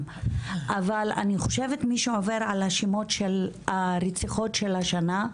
אבל אני חושבת מי שעובר על השמות של הרציחות של השנה,